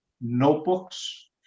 notebooks